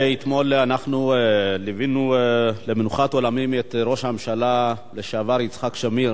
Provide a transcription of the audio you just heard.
אתמול ליווינו למנוחת עולמים את ראש הממשלה לשעבר יצחק שמיר.